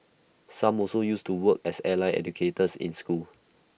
some also used to work as allied educators in school